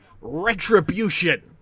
retribution